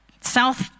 south